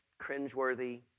cringeworthy